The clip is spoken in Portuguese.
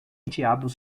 diabos